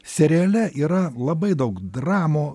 seriale yra labai daug dramų